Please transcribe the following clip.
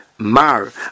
Mar